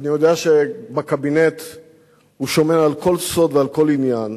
ואני יודע שבקבינט הוא שומר על כל סוד ועל כל עניין,